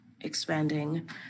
expanding